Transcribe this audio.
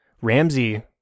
Ramsey